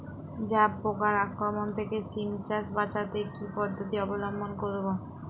জাব পোকার আক্রমণ থেকে সিম চাষ বাচাতে কি পদ্ধতি অবলম্বন করব?